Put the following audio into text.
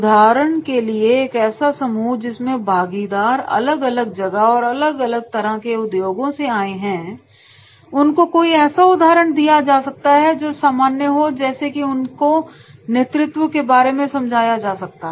उदाहरण के लिए एक ऐसा समूह जिसमें भागीदार अलग अलग जगह और अलग तरह के उद्योगों से आए हैं तो उनको कोई ऐसा उदाहरण दिया जा सकता है जो सामान्य हो जैसे कि उनको नेतृत्व के बारे में समझाया जा सकता है